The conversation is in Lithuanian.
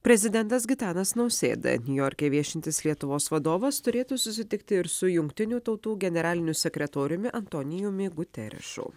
prezidentas gitanas nausėda niujorke viešintis lietuvos vadovas turėtų susitikti ir su jungtinių tautų generaliniu sekretoriumi antonijumi guterešu